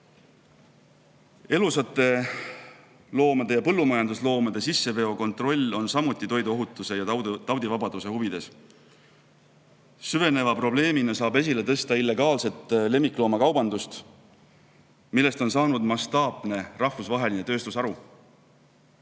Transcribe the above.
Elusate loomade ja põllumajandusloomade sisseveo kontroll on samuti toiduohutuse ja taudivabaduse huvides. Süveneva probleemina saab esile tõsta illegaalset lemmikloomakaubandust, millest on saanud mastaapne rahvusvaheline tööstusharu.